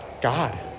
God